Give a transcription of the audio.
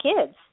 kids